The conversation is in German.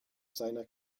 seiner